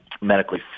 Medically